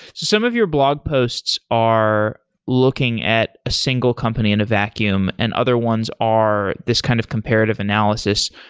some of your blog posts are looking at a single company in a vacuum and other ones are this kind of comparative analysis.